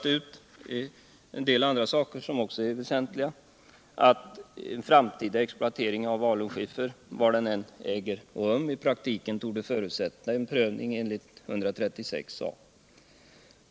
Även en del andra saker som är väsentliga har klarats ut, såsom att en framtida exploatering av alunskiffer, oavsett var den i prakuken äger rum, torde förutsätta en prövning enligt 136 a §.